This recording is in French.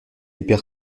hyper